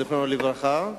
זיכרונו לברכה.